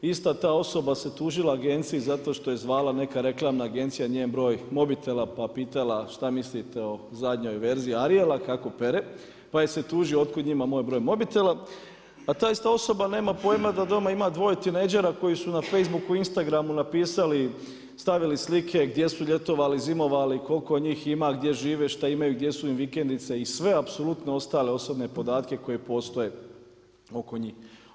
Ista ta osoba se tužila Agencija zato što je zvala neka reklamna agencija njen broj mobitela pa pitala šta mislite o zadnjoj verziji Ariela kako pere, pa se tužio od kud njima moj broj mobitela, a ta ista osoba nema pojma da doma ima dvoje tinejdžera koji su na Facebooku i Instagramu napisali, stavili slike gdje su ljetovali, zimovali, koliko njih ima, gdje žive, šta imaju, gdje su im vikendice i sve apsolutno ostale osobne podatke koji postoje oko njih.